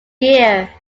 year